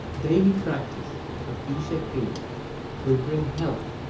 daily practice of isha kriya will bring health,